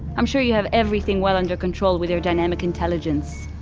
i'm sure you have everything well under control with your dynamic intelligence